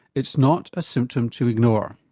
it's not a symptom to ignore.